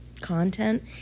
content